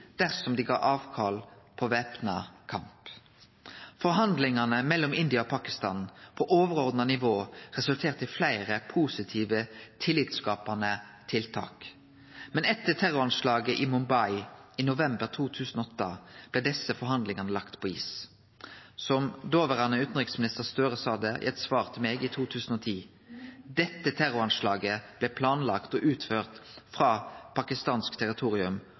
dersom dei gav avkall på væpna kamp. Forhandlingane mellom India og Pakistan på overordna nivå resulterte i fleire positive, tillitsskapande tiltak. Men etter terroranslaget i Mumbai i november 2008 blei desse forhandlingane lagde på is. Som dåverande utanriksminister Gahr Støre sa det i eit svar til meg i 2010: Dette terroranslaget blei planlagt og utført frå pakistansk territorium